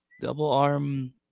double-arm